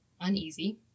uneasy